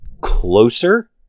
closer